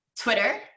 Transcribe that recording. Twitter